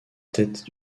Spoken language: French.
têtes